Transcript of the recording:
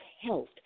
health